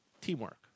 teamwork